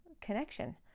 connection